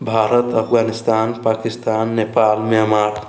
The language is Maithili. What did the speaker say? भारत अफगानिस्तान पाकिस्तान नेपाल म्यांमार